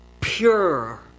Pure